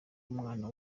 umwana